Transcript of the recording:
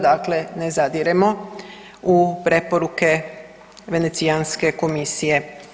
Dakle, ne zadiremo u preporuke Venecijanske komisije.